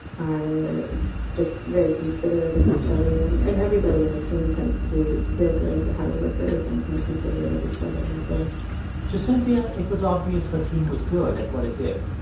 are just very considerate of each other, and and everybody in the team tends to be real good, hard workers and considerate of each other that way to cynthia, it was obvious her team was good at what it did.